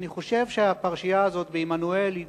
אני חושב שהפרשייה הזאת בעמנואל היא